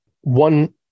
one